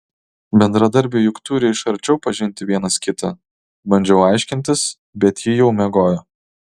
bendradarbiai juk turi iš arčiau pažinti vienas kitą bandžiau aiškintis bet ji jau miegojo